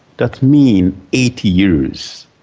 that means eighty years.